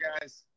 guys